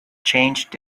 changed